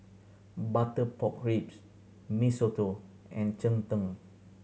butter pork ribs Mee Soto and cheng tng